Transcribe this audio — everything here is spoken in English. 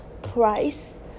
price